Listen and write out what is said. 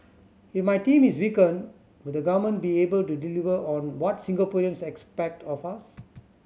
if my team is weakened would the government be able to deliver on what Singaporeans expect of us